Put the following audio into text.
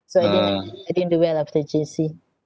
so in the end I didn't do well after J_C